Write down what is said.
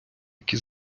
які